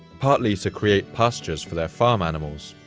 partly to create pastures for their farm animals.